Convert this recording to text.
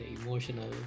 emotional